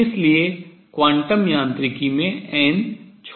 इसलिए क्वांटम यांत्रिकी में n छोटा है